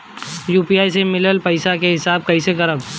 UPI से मिलल पईसा के हिसाब कइसे करब?